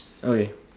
okay